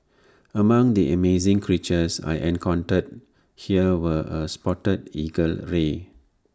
among the amazing creatures I encountered here were A spotted eagle ray